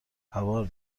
هوار